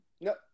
No